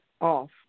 off